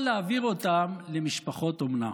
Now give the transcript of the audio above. או להעביר אותם למשפחות אומנה.